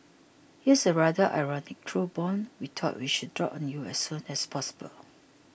here's a rather ironic truth bomb we thought we should drop on you as soon as possible